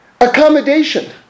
accommodation